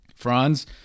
Franz